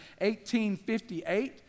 1858